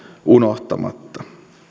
unohtamatta